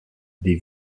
des